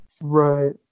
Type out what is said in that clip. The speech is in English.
right